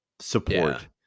support